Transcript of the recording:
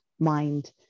Mind